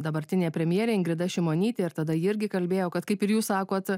dabartinė premjerė ingrida šimonytė ir tada ji irgi kalbėjo kad kaip ir jūs sakot